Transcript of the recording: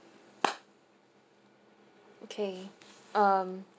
okay um